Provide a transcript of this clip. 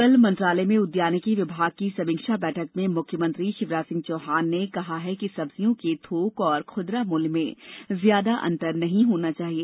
कल मंत्रालय में उद्यानिकी विभाग की समीक्षा बैठक में मुख्यमंत्री शिवराज सिंह चौहान ने कहा कि सब्जियों के थोक व खुदरा मूल्य में ज्यादा अंतर नहीं होना चाहिए